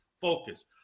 focus